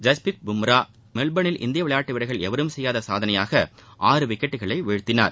ஜஸ்பிரித் பர்மா மெல்போர்னில் இந்திய விளையாட்டு வீரர் எவரும் செய்யாத சாதனையாக ஆறு விக்கெட்டுகளை வீழ்த்தினார்